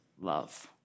love